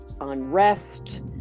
unrest